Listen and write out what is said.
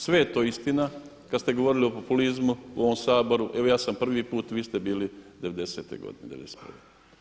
Sve je to istina, kada ste govorili o populizmu u ovom Saboru, evo ja sam prvi put, vi ste bili '90.-te godine, '91.